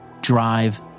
drive